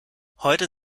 heute